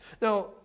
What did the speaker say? Now